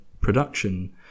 production